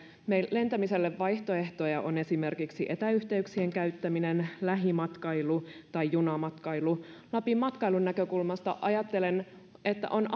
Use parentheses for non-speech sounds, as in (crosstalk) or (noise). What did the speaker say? lentämiselle vaihtoehtoja ovat esimerkiksi etäyhteyksien käyttäminen lähimatkailu tai junamatkailu lapin matkailun näkökulmasta ajattelen että on (unintelligible)